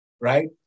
right